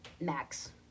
Max